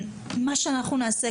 מה שאנחנו נעשה,